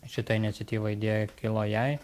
šita iniciatyva idėja kilo jai